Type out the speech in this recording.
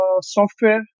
software